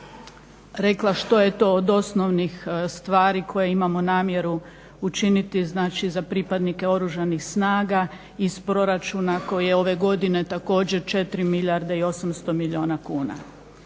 rekla što je to od osnovnih stvari koje imamo namjeru učiniti znači za pripadnike Oružanih snaga iz proračuna koji je ove godine također 4 milijarde i 800 milijuna kuna.